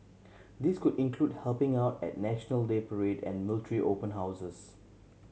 this could include helping out at National Day parade and military open houses